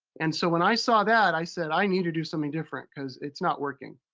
and so when i saw that, i said, i need to do something different, because it's not working.